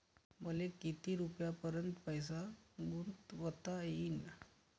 मले किती रुपयापर्यंत पैसा गुंतवता येईन?